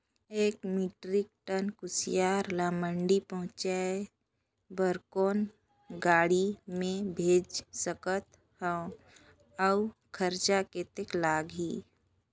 एक metric ton कुसियार ल मंडी पहुंचाय बर कौन गाड़ी मे भेज सकत हव अउ खरचा कतेक लगही?